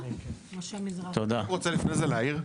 אני כן רוצה לפני זה להעיר,